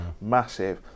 massive